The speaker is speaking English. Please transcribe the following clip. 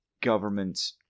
government